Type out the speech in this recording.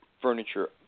furniture